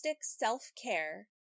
Self-Care